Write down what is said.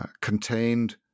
contained